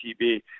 TV